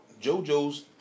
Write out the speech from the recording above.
JoJo's